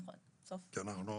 נכון, כי אנחנו